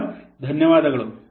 ತುಂಬ ಧನ್ಯವಾದಗಳು